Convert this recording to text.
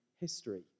history